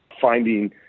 finding